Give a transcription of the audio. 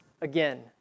again